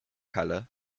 colour